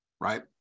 right